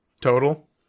Total